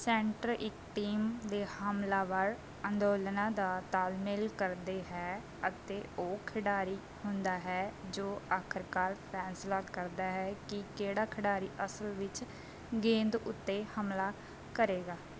centre ਇੱਕ team ਦੇ ਹਮਲਾਵਰ ਅੰਦੋਲਨਾਂ ਦਾ ਤਾਲਮੇਲ ਕਰਦੇ ਹੈ ਅਤੇ ਉਹ ਖਿਡਾਰੀ ਹੁੰਦਾ ਹੈ ਜੋ ਆਖਰਕਾਰ ਫੈਸਲਾ ਕਰਦਾ ਹੈ ਕਿ ਕਿਹੜਾ ਖਿਡਾਰੀ ਅਸਲ ਵਿੱਚ ਗੇਂਦ ਉੱਤੇ ਹਮਲਾ ਕਰੇਗਾ